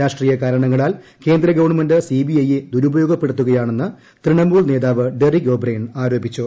രാഷ്ട്രീയ കാരണങ്ങളാൽ കേന്ദ്രഗവൺമെന്റ് സിബിഐ യെ ദുരുപയോഗപ്പെടുത്തുകയാണെന്ന് തൃണമൂൽ നേതാവ് ഡെറിക് ഒബ്രിയൻ ആരോപിച്ചു